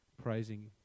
Praising